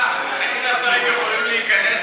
סגן השר, תגיד לשרים שהם יכולים להיכנס.